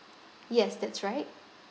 yes that's right